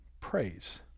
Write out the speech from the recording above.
praise